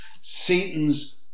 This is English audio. Satan's